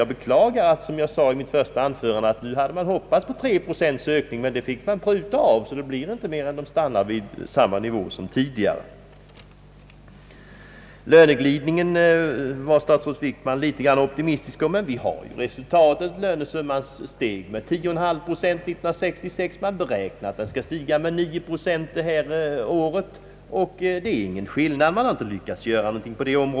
Jag beklagar, som jag sade i mitt första anförande, att medan man hade hoppats på en 3-procentig ökning investeringarna nu kommer att stanna på samma nivå som tidigare. Statsrådet Wickman var optimistisk beträffande löneglidningen. Vi kan notera resultaten. Lönesumman ökade med 10,5 procent år 1966. Det beräknas att den i år skall stiga med 9 procent, vilket inte är någon större skillnad. Några förbättringar på detta område har alltså inte åstadkommits.